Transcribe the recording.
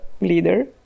leader